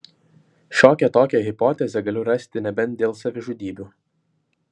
šiokią tokią hipotezę galiu rasti nebent dėl savižudybių